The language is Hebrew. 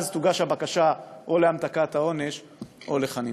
אז תוגש הבקשה להמתקת העונש או לחנינה.